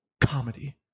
comedy